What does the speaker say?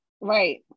Right